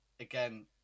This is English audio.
Again